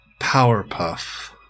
Powerpuff